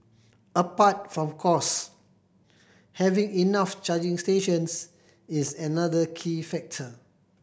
apart from cost having enough charging stations is another key factor